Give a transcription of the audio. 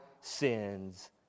sins